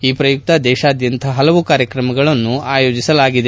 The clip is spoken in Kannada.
ಈ ಪ್ರಯುಕ್ತ ದೇಶಾದ್ಯಂತ ಇಂದು ಹಲವು ಕಾರ್ಯಕ್ರಮಗಳನ್ನು ಆಯೋಜಿಸಲಾಗಿದೆ